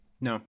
No